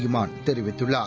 இமான் தெரிவித்துள்ளார்